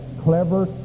clever